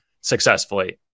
successfully